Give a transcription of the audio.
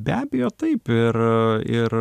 be abejo taip ir ir